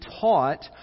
taught